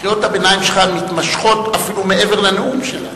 קריאות הביניים שלך מתמשכות אפילו מעבר לנאום שלה.